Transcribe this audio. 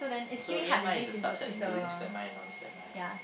so A_M_I is a subset inducing stemi and non stemi lah